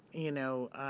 you know,